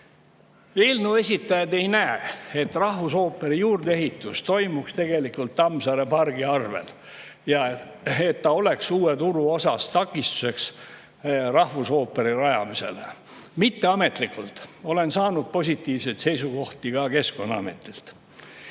Eelnõu esitajad ei näe, et rahvusooperi juurdeehitus toimuks tegelikult Tammsaare pargi arvel ja et ta oleks Uue turu osas takistuseks rahvusooperi rajamisele. Mitteametlikult olen saanud positiivseid seisukohti ka Keskkonnaametist.